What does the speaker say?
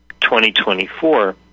2024